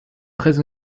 très